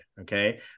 okay